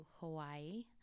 Hawaii